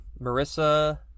Marissa